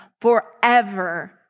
forever